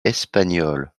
espagnole